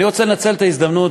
אני רוצה לנצל את ההזדמנות,